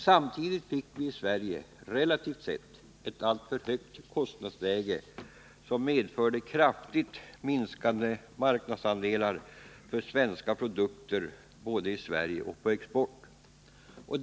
Samtidigt fick vi i Sverige relativt sett ett alltför högt kostnadsläge, som medförde kraftigt minskade marknadsandelar för svenska produkter både i Sverige och på exportmarknaden.